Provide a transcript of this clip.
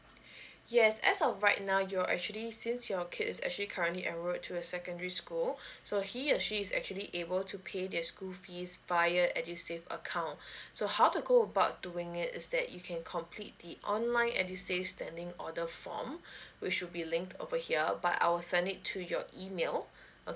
yes as of right now you are actually since your kid is actually currently enrolled to a secondary school so he or she is actually able to pay the school fees via edusave account so how to go about doing it is that you can complete the online edusave standing order form we should be linked over here but I'll send it to your email okay